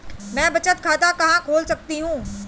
मैं बचत खाता कहां खोल सकती हूँ?